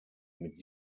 mit